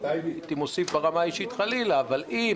הייתי מוסיף ברמה האישית חלילה אבל אם